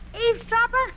Eavesdropper